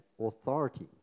authority